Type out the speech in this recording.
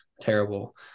terrible